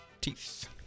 teeth